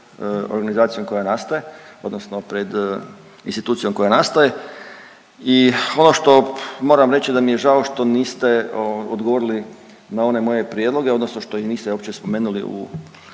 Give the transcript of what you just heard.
pred organizacijom koja nastaje odnosno pred institucijom koja nastaje. I ono što moram reći da mi je žao što niste odgovorili na one moje prijedloge odnosno što ih niste uopće spomenuli u,